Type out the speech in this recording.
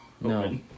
No